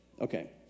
Okay